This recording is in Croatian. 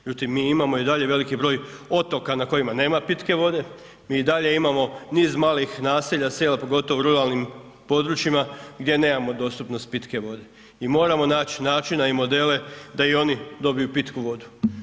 Međutim, mi imamo i dalje veliki broj otoka na kojima nema pitke vode, mi i dalje imamo niz malih naselja sela pogotovo u ruralnim područjima gdje nema dostupnost pitke vode i moramo naći načina i modele da i oni dobiju pitku vodu.